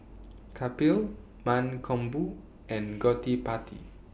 Kapil Mankombu and Gottipati